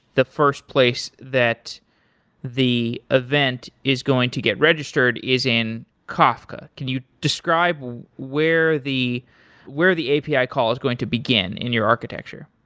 the first place that the event is going to get registered is in kafka. can you describe where the where the api call is going to begin in your architecture?